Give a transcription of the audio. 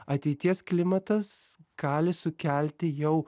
ateities klimatas gali sukelti jau